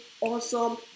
awesome